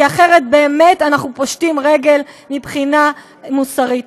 כי אחרת באמת אנחנו פושטים רגל מבחינה מוסרית.